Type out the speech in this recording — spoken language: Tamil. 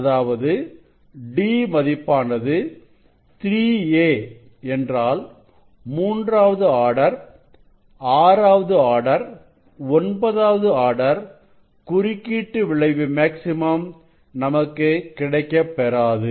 அதாவது d மதிப்பானது 3a என்றாள் மூன்றாவது ஆர்டர் ஆறாவது ஆர்டர் ஒன்பதாவது ஆர்டர் குறுக்கீட்டு விளைவு மேக்ஸிமம் நமக்கு கிடைக்கப் பெறாது